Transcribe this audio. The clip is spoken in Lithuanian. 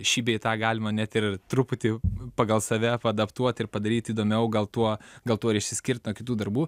šį bei tą galima net ir truputį pagal save paadaptuot ir padaryt įdomiau gal tuo gal tuo ir išsiskirt nuo kitų darbų